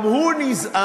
גם הוא נזעם,